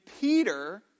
Peter